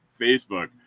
Facebook